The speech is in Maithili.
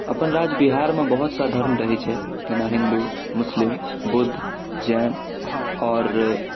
अपन राज्य बिहारमे बहुत सा धर्म रहै छै जेना हिंदू मुस्लिम बुद्ध जैन आओर